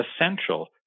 essential